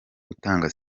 gutanga